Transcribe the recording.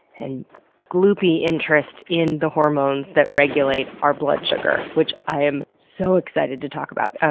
and gloopy interest in the hormones that regulate our blood sugar, which i'm so excited to talk about. ah